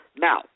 Now